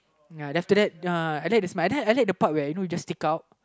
ya after that uh I like the smell I like I like the part where you know just take out